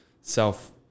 self